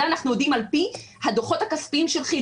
את זה אנחנו יודעים על פי הדוחות הכספיים של כי"ל.